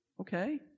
Okay